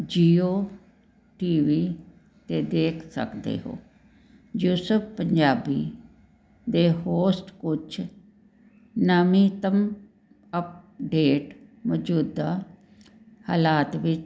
JIO T V 'ਤੇ ਦੇਖ ਸਕਦੇ ਹੋ ਜੋ ਸਬ ਪੰਜਾਬੀ ਦੇ ਹੋਸਟ ਕੁਛ ਨਾਵੀਤਮ ਅਪਡੇਟ ਮੌਜੂਦਾ ਹਾਲਾਤ ਵਿੱਚ